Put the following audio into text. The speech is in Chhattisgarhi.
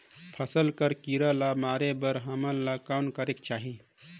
फसल कर कीरा ला मारे बर हमन ला कौन करेके चाही?